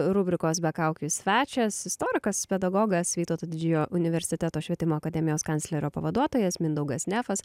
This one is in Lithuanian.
rubrikos be kaukės svečias istorikas pedagogas vytauto didžiojo universiteto švietimo akademijos kanclerio pavaduotojas mindaugas nefas